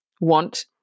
want